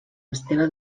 esteve